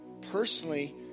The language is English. personally